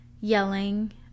yelling